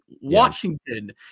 Washington